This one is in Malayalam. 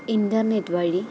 ഇൻറ്റർനെറ്റ് വഴി